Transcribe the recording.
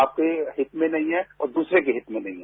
आपके हित में नहीं हैं और दूसरे के हित में भी नहीं है